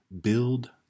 build